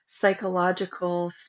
psychological